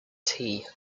tea